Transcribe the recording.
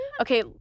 Okay